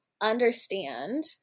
understand